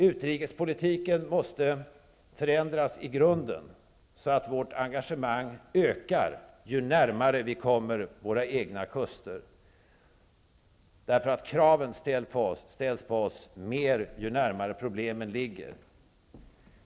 Utrikespolitiken måste förändras i grunden, så att vårt engagemang ökar ju närmare vi kommer våra egna kuster. Kraven ställs alltmer på oss ju närmare problemen ligger.